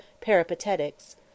peripatetics